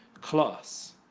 class